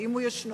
ואם הוא ישנו,